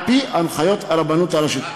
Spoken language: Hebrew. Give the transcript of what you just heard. על-פי הנחיות הרבנות הראשית.